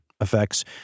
effects